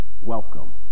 Welcome